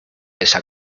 esa